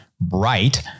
bright